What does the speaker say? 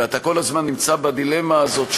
ואתה כל הזמן נמצא בדילמה הזאת,